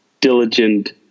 diligent